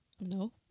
No